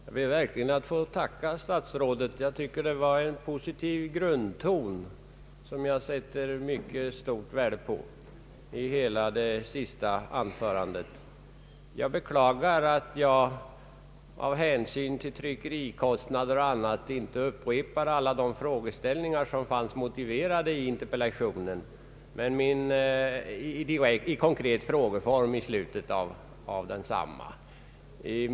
Herr talman! Jag ber verkligen att få tacka statsrådet. Jag tycker att det var en positiv grundton i hans sista anförande som jag sätter mycket stort värde på. Jag beklagar att jag av hänsyn till tryckerikostnader och annat inte i slutet av min interpellation upprepade alla de konkreta frågor som fanns motiverade i interpellationstexten.